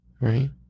Right